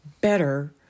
better